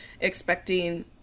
expecting